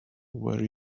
where